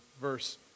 verse